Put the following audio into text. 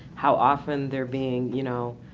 how often they're being, you know,